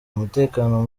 umutekano